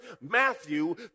Matthew